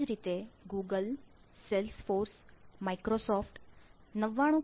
આ જ રીતે ગૂગલ સેલ્સ ફોર્સ માઇક્રોસોફ્ટ 99